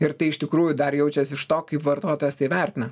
ir tai iš tikrųjų dar jaučias iš to kaip vartotojas tai vertina